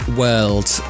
world